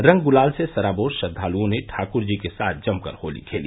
रंग गुलाल से सराबोर श्रद्वालुओं ने ठाकुरजी के साथ जमकर होली खेली